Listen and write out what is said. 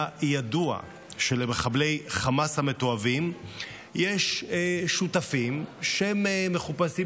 היה ידוע שלמחבלי חמאס המתועבים יש שותפים שמחופשים,